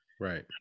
right